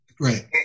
right